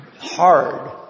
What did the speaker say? Hard